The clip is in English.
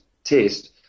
test